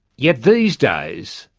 yet these days,